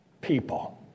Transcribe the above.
People